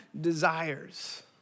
desires